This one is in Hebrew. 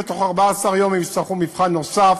ובתוך 14 יום אם יצטרכו מבחן נוסף.